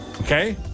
Okay